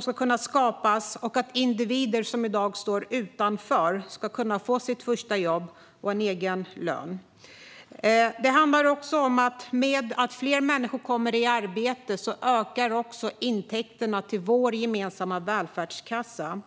ska kunna skapas och för att individer som i dag står utanför ska kunna få sitt första jobb och en egen lön. Genom att fler människor kommer i arbete ökar också intäkterna till vår gemensamma välfärdskassa.